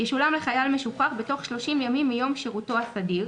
"ישולם לחייל משוחרר בתוך 30 ימים מיום שירותו הסדיר,